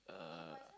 uh